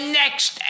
next